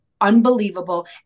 unbelievable